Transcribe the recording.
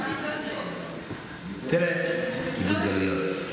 קיבוץ גלויות.